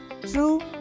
True